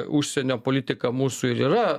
užsienio politika mūsų ir yra